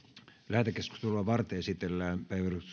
lähetekeskustelua varten esitellään